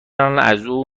الان